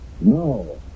No